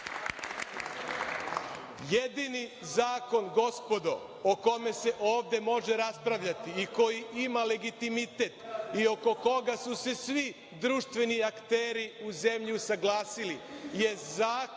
redu. Jedini zakon, gospodo o kome se ovde može raspravljati i koji ima legitimitet i oko koga su se svi društveni akteri u zemlji usaglasili je Zakon